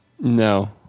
no